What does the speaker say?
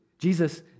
Jesus